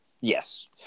Yes